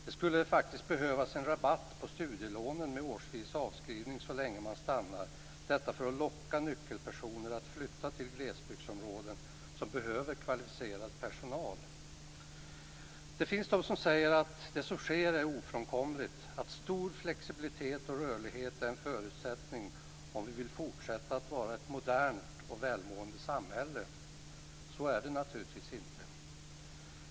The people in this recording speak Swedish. Det skulle faktiskt behövas en rabatt på studielånen med årsvis avskrivning så länge man stannar, detta är att locka nyckelpersoner att flytta till glesbygdsområden som behöver kvalificerad personal. Det finns de som säger att det som sker är ofrånkomligt och att stor flexibilitet och rörlighet är en förutsättning om vi vill fortsätta att vara ett modernt och välmående samhälle. Så är det naturligtvis inte.